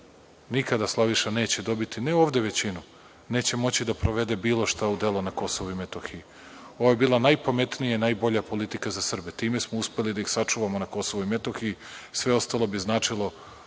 nikada, Slaviša, neće dobiti ne ovde većinu, neće moći da provede bilo šta u delo na Kosovu i Metohiji. Ovo je bila najpametnija i najbolja politika za Srbe. Time smo uspeli da ih sačuvamo na Kosovu i Metohiji. Sve ostalo bi značilo